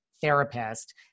therapist